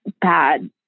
bad